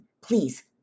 please